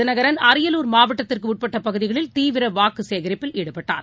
தினகரன் அரியலூர் மாவட்டத்திற்குஉட்பட்டபகுதிகளில் தீவிரவாக்குசேகரிப்பில் ஈடுபட்டார்